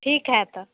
ठीक है तब